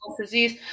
disease